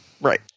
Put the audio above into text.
Right